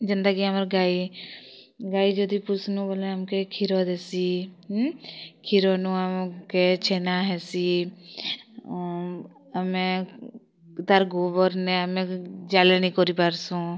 ଯେନ୍ତା କି ଆମର୍ ଗାଈ ଗାଈ ଯଦି ପଶନୁ ବୋଲେ ଆମ୍ କେ କ୍ଷୀର ଦେଶି କ୍ଷୀର ନୁ ଆମ୍ କେ ଛେନା ହେସି ଆମେ ତାର୍ ଗୋବର୍ନେ ଆମେ ଜାଲେନି କରି ପାରସୁଁ